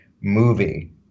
movie